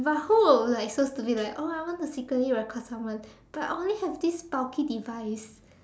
but who will like so stupid like oh I want to secretly record someone but I only have this bulky device